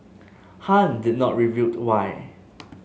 Han did not reveal why